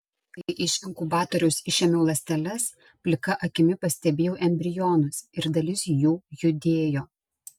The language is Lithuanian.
kai iš inkubatoriaus išėmiau ląsteles plika akimi pastebėjau embrionus ir dalis jų judėjo